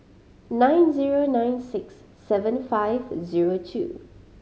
nine zero nine six seven five zero two